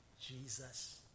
Jesus